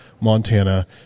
Montana